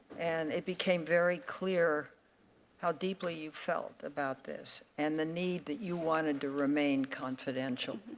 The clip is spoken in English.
and it became very clear how deeply you felt about this, and the need that you want and to remain confidential,